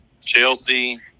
Chelsea –